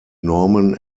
norman